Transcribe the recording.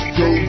go